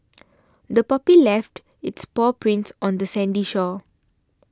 the puppy left its paw prints on the sandy shore